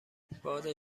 باد